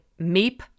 Meep